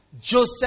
Joseph